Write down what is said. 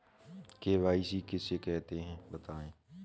KYC किसे कहते हैं बताएँ?